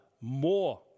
more